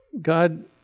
God